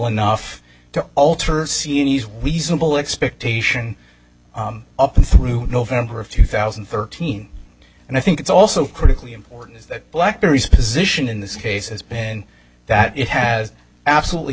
enough to alter sienese weasel expectation up through november of two thousand and thirteen and i think it's also critically important that blackberry's position in this case has been that it has absolutely